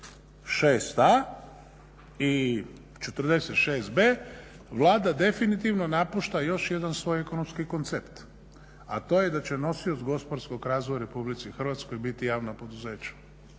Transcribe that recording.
46a. i 46b. Vlada definitivno napušta još jedan svoj ekonomski koncept, a to je da će nosioc gospodarskog razvoja u Republici Hrvatskoj biti javna poduzeća.